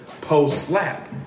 post-slap